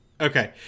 Okay